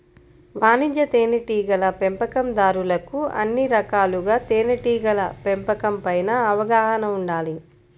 వాణిజ్య తేనెటీగల పెంపకందారులకు అన్ని రకాలుగా తేనెటీగల పెంపకం పైన అవగాహన ఉండాలి